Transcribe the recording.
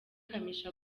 kamichi